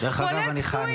כולל פצועים.